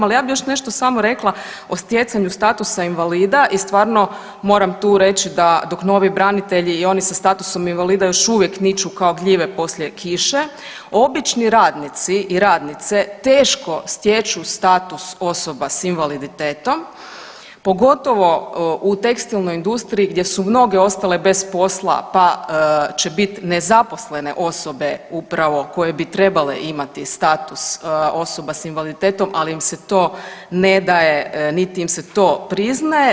Ali, ja bih još nešto samo rekla o stjecanju statusa invalida i stvarno moram tu reći da, dok novi branitelji i oni sa statusom invalida još uvijek niču kao gljive poslije kiše, obični radnici i radnice teško stječu status osoba s invaliditetom, pogotovo u tekstilnoj industriji gdje su mnoge ostale bez posla pa će biti nezaposlene osobe upravo koje bi trebale imati status osoba s invaliditetom, ali im se to ne daje niti im se to priznaje.